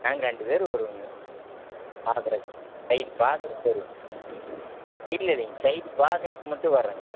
நாங்கள் ரெண்டு பேர் வருவோம்ங்க பார்க்கறக்கு சைட் பார்க்கறக்கு வருவோம்ங்க இல்லைல்லைங்க சைட் பார்க்கறக்கு மட்டும் வரேங்க